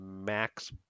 max